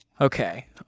Okay